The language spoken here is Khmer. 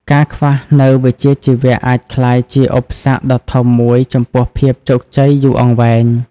ការខ្វះនូវវិជ្ជាជីវៈអាចក្លាយជាឧបសគ្គដ៏ធំមួយចំពោះភាពជោគជ័យយូរអង្វែង។